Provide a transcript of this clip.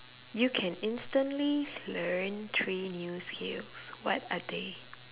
you can instantly learn three new skills what are they